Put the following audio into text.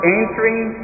entering